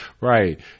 Right